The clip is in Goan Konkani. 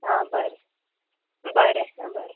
आं बरें बरें आं बरें